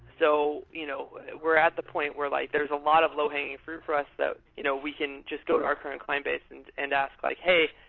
so you know we're at the point where like there's a lot of low hanging fruit for us that you know we can just go to our client client base and and ask, like hey,